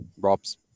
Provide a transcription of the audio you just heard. rob's